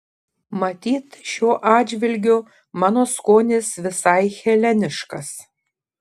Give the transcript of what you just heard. matyt šiuo atžvilgiu mano skonis visai heleniškas